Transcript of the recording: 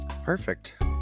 perfect